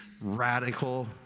radical